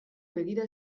begira